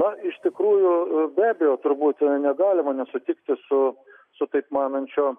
na iš tikrųjų be abejo turbūt negalima nesutikti su su taip manančio